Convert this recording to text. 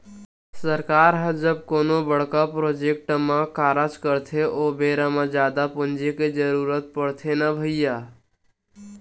सरकार ह जब कोनो बड़का प्रोजेक्ट म कारज करथे ओ बेरा म जादा पूंजी के जरुरत पड़थे न भैइया